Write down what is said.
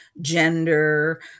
gender